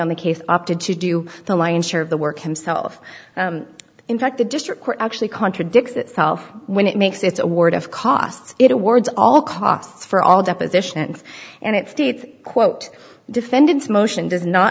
on the case opted to do the lion's share of the work himself in fact the district court actually contradicts itself when it makes its award of costs it awards all costs for all depositions and it states quote defendants motion does not